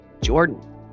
Jordan